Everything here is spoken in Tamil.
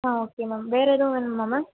ஆ ஓகே மேம் வேறு எதுவும் வேணுமா மேம்